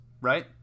Right